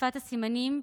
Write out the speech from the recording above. שפת הסימנים,